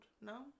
No